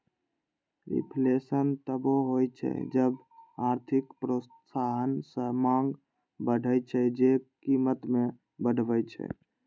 reflation तबो होइ छै जब आर्थिक प्रोत्साहन सं मांग बढ़ै छै, जे कीमत कें बढ़बै छै